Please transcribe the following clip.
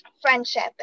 friendship